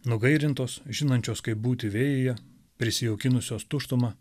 nugairintos žinančios kaip būti vėjyje prisijaukinusios tuštumą